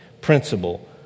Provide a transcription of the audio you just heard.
principle